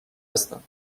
هستم